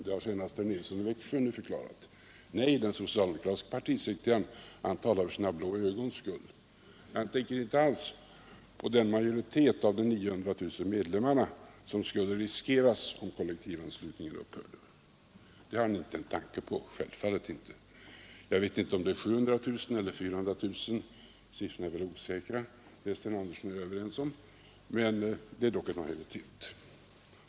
Det har också herr Nilsson i Växjö här förklarat senast. Nej, den socialdemokratiske partisekreteraren talar för sina blå ögons skull. Han tänker inte alls på den majoritet av de 900 000 medlemmarna som skulle riskeras, om kollektivanslutningen upphörde. Det har han självfallet inte en tanke på Jag vet inte om det rör sig om 700 000 eller 400 000 siffrorna är osäkra, det är Sten Andersson och jag överens om — men det är dock en majoritet.